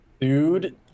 dude